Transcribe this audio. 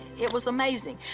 it was amazing.